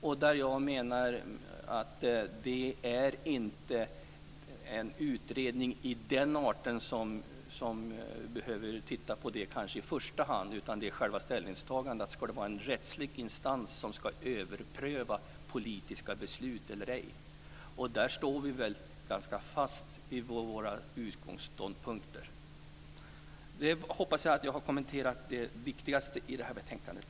Det är inte i första hand detta en utredning behöver titta på, utan det gäller själva ställningstagandet om det ska finnas en rättslig instans som ska överpröva politiska beslut eller ej. Där står vi fast i våra ståndpunkter. Jag hoppas att jag har kommenterat det viktigaste i betänkandet.